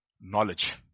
Knowledge